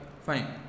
fine